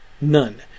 None